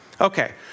Okay